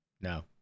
No